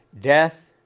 death